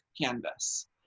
Canvas